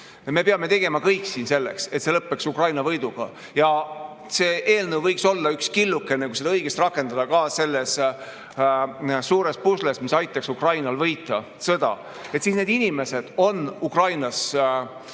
me peame tegema kõik siin selleks, et see lõpeks Ukraina võiduga, ja see eelnõu võiks olla üks killukene, kui seda õigesti rakendada, ka selles suures pusles, mis aitaks Ukrainal võita sõda –, siis need inimesed on Ukrainasse